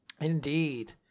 Indeed